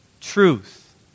truth